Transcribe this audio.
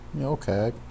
Okay